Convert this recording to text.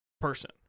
person